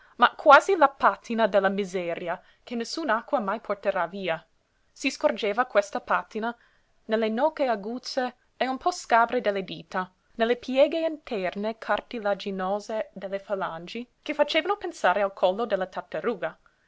ma quasi la pàtina della miseria che nessun'acqua mai porterà via si scorgeva questa pàtina nelle nocche aguzze e un po scabre delle dita nelle pieghe interne cartilaginose delle falangi che facevano pensare al collo della tartaruga